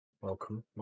Welcome